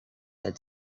had